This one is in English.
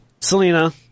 Selena